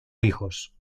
hijos